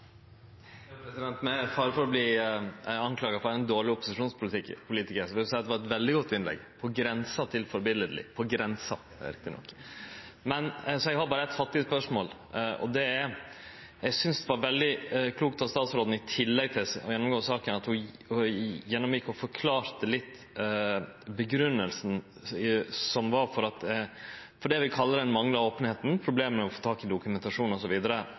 fare for å verte skulda for å vere ein dårleg opposisjonspolitikar vil eg seie det var eit veldig godt innlegg, på grensa til førebiletleg – på grensa, riktig nok. Så eg har berre eit fattig spørsmål: Eg synest det var veldig klokt av statsråden at ho i tillegg til å gjennomgå saka, gjekk gjennom og forklarte litt grunngjevinga for det vi kallar den manglande openheita, problema med å få tak i